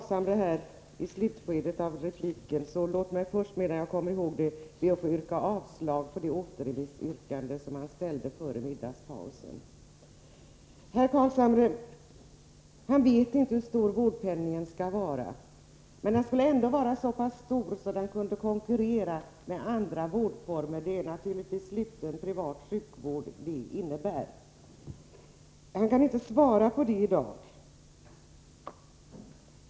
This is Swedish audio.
Herr talman! Låt mig först innan jag glömmer det be att få yrka avslag på det återremissyrkande Nils Carlshamre ställde före middagspausen. Nils Carlshamre vet inte hur stor vårdpenningen skall vara, men den skulle ändå vara så stor att man med hjälp av den skulle kunna konkurrera med andra vårdformer. Detta innebär naturligtvis privat sluten sjukvård. Nils Carlshamre kan inte svara på detta i dag.